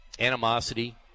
Animosity